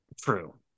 true